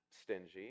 stingy